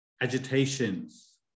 Agitations